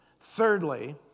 Thirdly